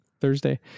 Thursday